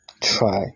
Try